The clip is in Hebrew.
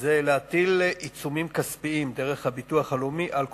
זה להטיל עיצומים כספיים דרך הביטוח הלאומי על קופות-החולים,